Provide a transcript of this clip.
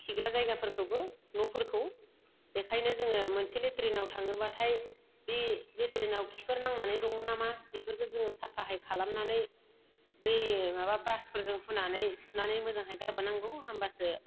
खिग्रा जायगगाफोरखौबो न'फोरखौ बेखायनो जोङो मोनसे लेट्रिनाव थाङोब्लाथाय बे लेट्रिनाव खिफोर नांनानै दंनामा बेफोरखौ जोङो साफाहाय खालामनानै बै माबा ब्रासफोरजों हुनानै सुनानै मोजांहाय गारबोनांगौ होमब्लासो